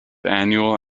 annual